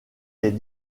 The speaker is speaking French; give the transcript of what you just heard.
les